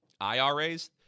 IRAs